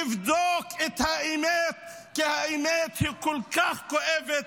לבדוק את האמת כי האמת היא כל כך כואבת,